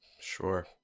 Sure